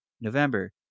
November